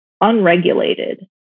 unregulated